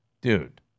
dude